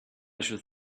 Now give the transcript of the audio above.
should